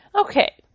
Okay